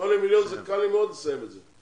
שמונה מיליון זה קל לי מאוד לסיים את זה.